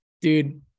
dude